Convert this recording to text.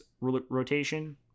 rotation